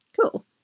Cool